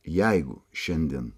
jeigu šiandien